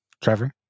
Trevor